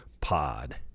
pod